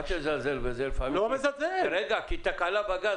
אל תזלזל בזה כי תקלה בגז,